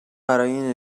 برای